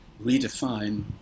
redefine